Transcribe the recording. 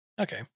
Okay